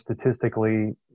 statistically